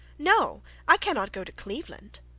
no, i cannot go to cleveland.